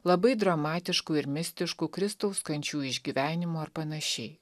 labai dramatišku ir mistišku kristaus kančių išgyvenimu ar panašiai